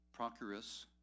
Procurus